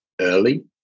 early